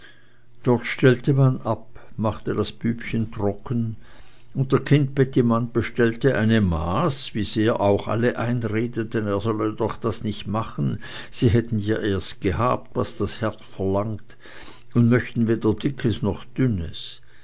dort stellte man ab machte das bübchen trocken und der kindbettimann bestellte eine maß wie sehr auch alle einredeten er solle doch das nicht machen sie hätten ja erst gehabt was das herz verlangt und möchten weder dickes noch dünnes